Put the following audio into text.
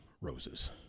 roses